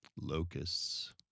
Locusts